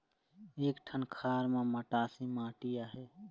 एक ठन खार म मटासी माटी आहे?